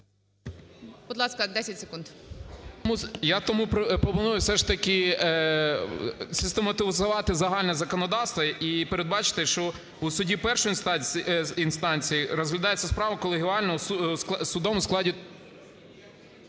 Будь ласка, 10 секунд.